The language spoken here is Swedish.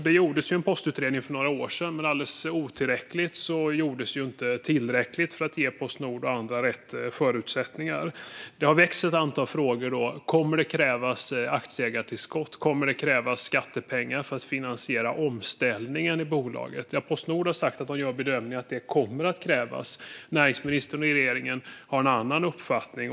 Det gjordes en postutredning för några år sedan, men då gjordes inte tillräckligt för att ge Postnord och andra rätt förutsättningar. Det har väckts en del frågor. Kommer det att krävas aktieägartillskott? Kommer det att krävas skattepengar för att finansiera omställningen i bolaget? Postnord gör bedömningen att det kommer att krävas, men näringsministern och regeringen har en annan uppfattning.